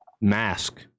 mask